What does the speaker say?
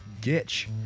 Gitch